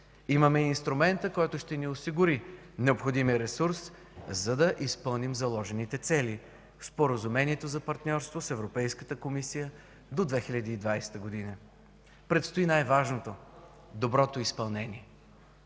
Имаме и инструмента, който ще ни осигури необходимия ресурс, за да изпълним заложените цели – Споразумението за партньорство с Европейската комисия до 2020 г. Предстои най-важното – доброто изпълнение.